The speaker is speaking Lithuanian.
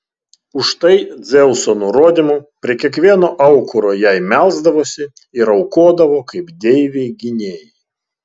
už tai dzeuso nurodymu prie kiekvieno aukuro jai melsdavosi ir aukodavo kaip deivei gynėjai